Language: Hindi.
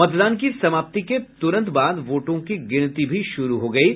मतदान की समाप्ति के तुरंत बाद वोटों की गिनती शुरू हो गयी